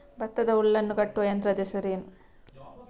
ಭತ್ತದ ಹುಲ್ಲನ್ನು ಕಟ್ಟುವ ಯಂತ್ರದ ಹೆಸರೇನು?